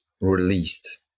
released